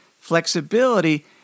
flexibility